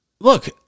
Look